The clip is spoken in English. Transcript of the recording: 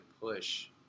push